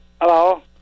Hello